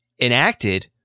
enacted